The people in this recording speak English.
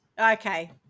Okay